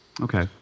Okay